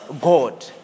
God